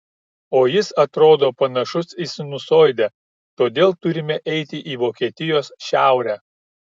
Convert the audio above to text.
o jis atrodo panašus į sinusoidę todėl turime eiti į vokietijos šiaurę